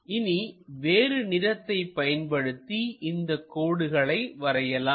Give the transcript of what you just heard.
இனி வேறு நிறத்தை பயன்படுத்தி இந்த கோடுகளை வரையலாம்